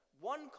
one